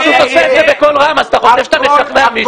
אתה פשוט עושה את זה בקול רם ואתה חושב שאתה משכנע מישהו.